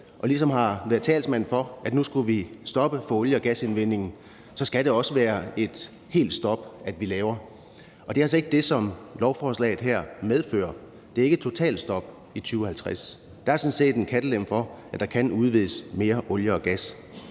ligesom har været talsmand for, at man nu skulle stoppe for olie- og gas-indvindingen, at det så også skal være et helt stop, man laver, og det er altså ikke det, som lovforslaget her medfører. Det er ikke et totalstop i 2050, men der er sådan set en kattelem for, at der kan udvindes mere olie og gas,